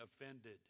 offended